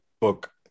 book